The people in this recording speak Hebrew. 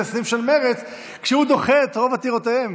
סניף של מרצ כשהוא דוחה את רוב עתירותיהם.